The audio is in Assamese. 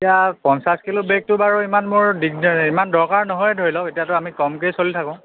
এতিয়া পঞ্চাছ কিলো বেগটো বাৰু ইমান মোৰ দিগদা ইমান দৰকাৰ নহয় ধৰি লওক এতিয়াটো আমি কমকেই চলি থাকোঁ